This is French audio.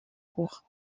cour